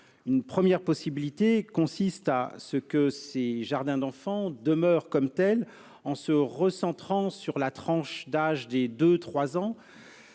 Une première possibilité consiste à ce qu'ils demeurent comme tels en se recentrant sur la tranche d'âge des 2 ans